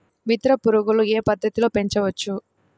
మిత్ర పురుగులు ఏ పద్దతిలో పెంచవచ్చు?